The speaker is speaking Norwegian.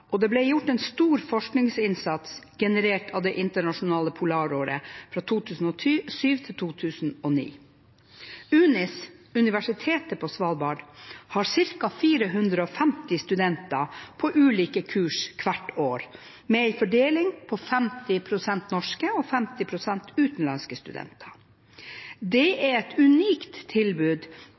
og det ble gjort en stor forskningsinnsats generert av det internasjonale polaråret 2007–2009. UNIS, universitetet på Svalbard, har ca. 450 studenter på ulike kurs hvert år, med en fordeling på 50 pst. norske og 50 pst. utenlandske studenter. Det er et unikt tilbud